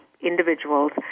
individuals